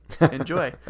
enjoy